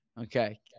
Okay